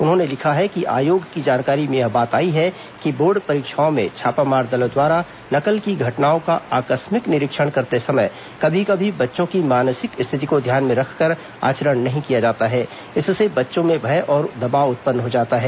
उन्होंने लिखा है कि आयोग की जानकारी में यह बात आई है कि बोर्ड परीक्षाओं में छापामार दलों द्वारा नकल की घटनाओं का आकस्मिक निरीक्षण करते समय कभी कभी बच्चों की मानसिक स्थिति को ध्यान में रखकर आचरण नहीं किया जाता है इससे बच्चों में भय और दबाव उत्पन्न हो जाता है